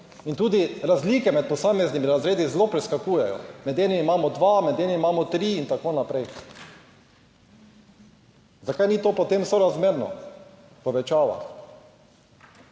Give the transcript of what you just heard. In tudi razlike med posameznimi razredi zelo preskakujejo, med enimi imamo dva, med enim imamo tri in tako naprej. Zakaj ni to potem sorazmerno povečava?